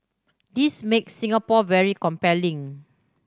this makes Singapore very compelling